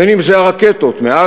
בין אם זה הרקטות מעזה,